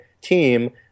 team